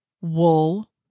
wool